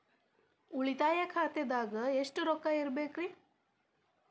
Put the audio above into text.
ಉಳಿತಾಯ ಖಾತೆದಾಗ ಎಷ್ಟ ರೊಕ್ಕ ಇಡಬೇಕ್ರಿ?